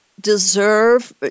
deserve